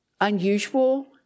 unusual